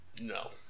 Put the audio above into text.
No